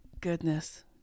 goodness